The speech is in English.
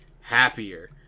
happier